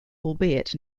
albeit